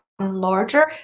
larger